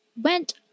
went